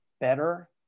better